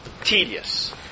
tedious